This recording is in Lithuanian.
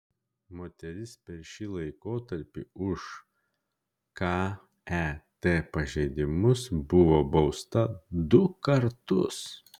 moteris per šį laikotarpį už ket pažeidimus buvo bausta du kartus